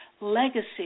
legacy